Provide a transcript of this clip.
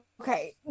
Okay